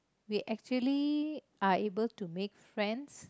we actually are able to make friends